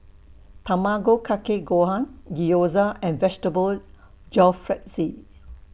Tamago Kake Gohan Gyoza and Vegetable Jalfrezi